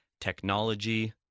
technology